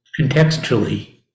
contextually